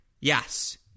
Yes